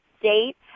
date